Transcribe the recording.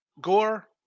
Gore